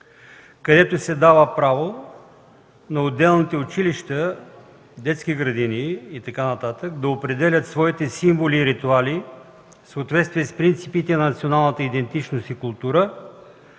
където се дава право на отделните училища, детски градини и така нататък да определят своите символи и ритуали в съответствие с принципите на националната идентичност и култура,